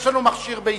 יש לנו מכשיר ביתי.